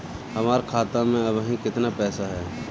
हमार खाता मे अबही केतना पैसा ह?